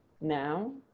now